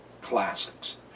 classics